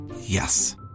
Yes